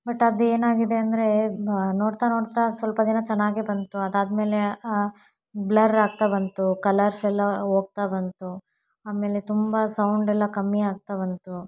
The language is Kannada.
ಬಟ್ ಅದು ಏನಾಗಿದೆ ಅಂದರೆ ನೋಡ್ತಾ ನೋಡ್ತಾ ಸ್ವಲ್ಪ ದಿನ ಚೆನ್ನಾಗೇ ಬಂತು ಅದಾದ ಮೇಲೆ ಬ್ಲರ್ ಆಗ್ತಾ ಬಂತು ಕಲರ್ಸ್ ಎಲ್ಲ ಹೋಗ್ತಾ ಬಂತು ಆಮೇಲೆ ತುಂಬ ಸೌಂಡೆಲ್ಲ ಕಮ್ಮಿ ಆಗ್ತಾ ಬಂತು